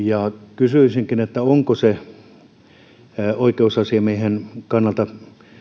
kysyisinkin onko oi keusasiamiehen kannalta